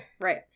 Right